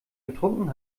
getrunken